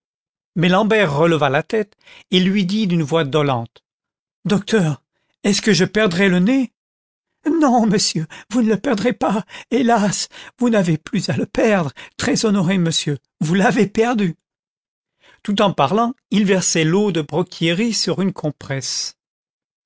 l'ambert releva la tête et lui dit d'une voix dolente docteur est-ce que je perdrai le nez non monsieur vous ne le perdrez pas hélas vous n'avez plus à le perdre très honoré monsieur vous l'avez perdu tout en parlant il versait l'eau de brocchieri sur une compresse